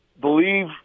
believe –